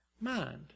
mind